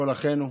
כל אחינו,